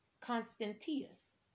Constantius